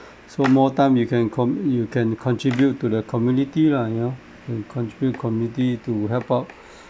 so more time you can com~ you can contribute to the community lah you know can contribute community to help out